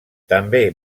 també